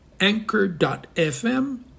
anchor.fm